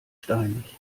steinig